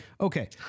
okay